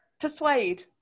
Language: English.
Persuade